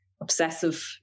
obsessive